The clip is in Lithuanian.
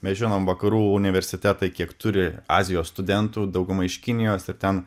mes žinom vakarų universitetai kiek turi azijos studentų dauguma iš kinijos ir ten